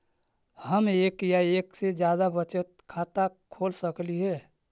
हम एक या एक से जादा बचत खाता खोल सकली हे?